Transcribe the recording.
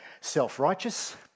self-righteous